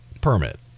permit